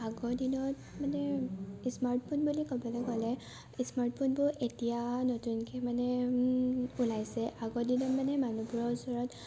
আগৰ দিনত মানে স্মাৰ্টফোন বুলি ক'বলৈ গ'লে স্মাৰ্টফোনবোৰ এতিয়া নতুনকৈ মানে ওলাইছে আগৰ দিনত মানে মানুহবোৰৰ ওচৰত